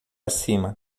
cima